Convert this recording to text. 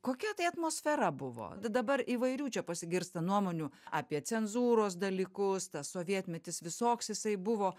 kokia tai atmosfera buvo t dabar įvairių čia pasigirsta nuomonių apie cenzūros dalykus tas sovietmetis visoks jisai buvo